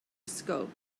ysgol